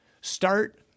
start